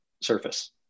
surface